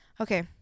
Okay